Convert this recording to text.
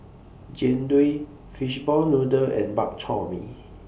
Jian Dui Fishball Noodle and Bak Chor Mee